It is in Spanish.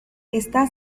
está